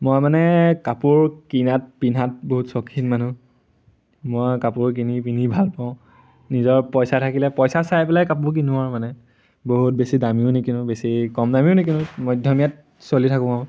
মই মানে কাপোৰ কিনাত পিন্ধাত বহুত চৌখিন মানুহ মই কাপোৰ কিনি পিন্ধি ভাল পাওঁ নিজৰ পইচা থাকিলে পইচা চাই পেলাই কাপোৰ কিনো আৰু মানে বহুত বেছি দামীও নেকি বেছি কম দামীও নিকিনো মধ্যমীয়াত চলি থাকোঁ আৰু